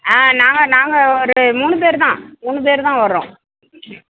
ஆ நாங்கள் நாங்கள் ஒரு மூணு பேர் தான் மூணு பேர் தான் வரோம் ம்